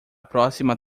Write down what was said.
próxima